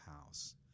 house